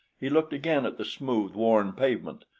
he looked again at the smooth, worn pavement,